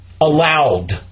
allowed